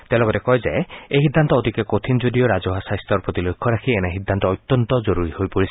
তেওঁ লগতে কয় যে এই সিদ্ধান্ত অতিকে কঠিন যদিও ৰাজহুৱা স্বাস্থাৰ প্ৰতি লক্ষ্য ৰাখি এনে সিদ্ধান্ত অত্যন্ত জৰুৰী হৈ পৰিছে